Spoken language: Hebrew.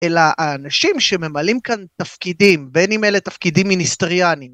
אלא האנשים שממלאים כאן תפקידים, בין אם אלה תפקידים מיניסטריאניים